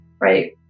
right